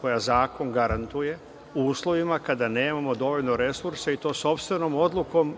koja zakon garantuje u uslovima kada nemamo dovoljno resursa, i to sopstvenom odlukom